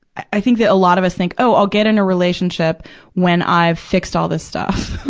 i think that a lot of us think, oh, i'll get in a relationship when i've fixed all the stuff,